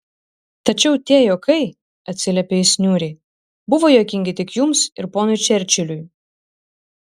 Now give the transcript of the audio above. tačiau tie juokai atsiliepė jis niūriai buvo juokingi tik jums ir ponui čerčiliui